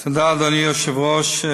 תודה, אדוני היושב-ראש,